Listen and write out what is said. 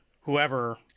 whoever